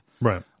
Right